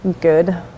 good